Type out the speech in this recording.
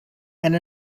and